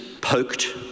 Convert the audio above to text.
poked